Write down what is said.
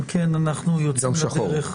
אם כן אנחנו יוצאים לדרך.